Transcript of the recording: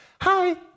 Hi